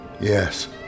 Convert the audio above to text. Yes